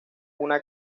una